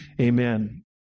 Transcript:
Amen